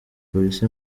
polisi